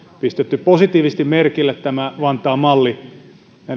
pistetty positiivisesti merkille tämä vantaan malli